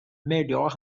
melhor